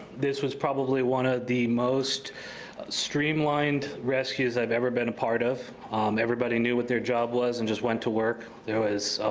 this was probably one of ah the most streamlined rescues i've ever been a part of everybody knew what their job was and just went to work. there was